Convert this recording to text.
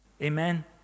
Amen